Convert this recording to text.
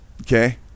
okay